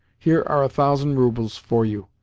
here are a thousand roubles for you.